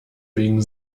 wegen